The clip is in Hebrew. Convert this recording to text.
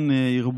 משהו: